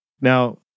Now